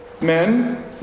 Men